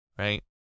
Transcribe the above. Right